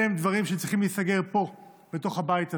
אלה הם דברים שצריכים להיסגר פה, בתוך הבית הזה.